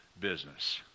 business